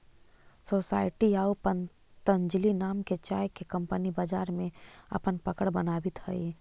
society आउ पतंजलि नाम के चाय के कंपनी बाजार में अपन पकड़ बनावित हइ